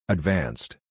Advanced